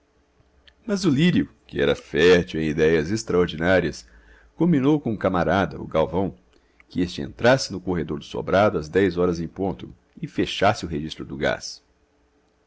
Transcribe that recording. mas o lírio que era fértil em idéias extraordinárias combinou com um camarada o galvão que este entrasse no corredor do sobrado às dez horas em ponto e fechasse o registro do gás